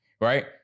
right